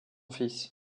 fils